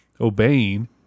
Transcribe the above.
obeying